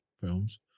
films